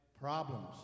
problems